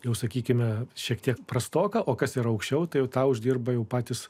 jau sakykime šiek tiek prastoka o kas ir aukščiau tai tau uždirba jau patys